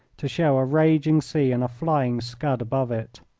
to show a raging sea and a flying scud above it.